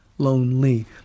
Lonely